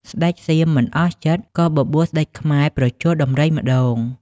ស្ដេចសៀមមិនអស់ចិត្ត ក៏បបួលស្ដេចខ្មែរប្រជល់ដំរីម្ដង។